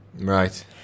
Right